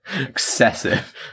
Excessive